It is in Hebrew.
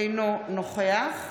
אינו נוכח